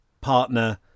partner